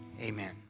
Amen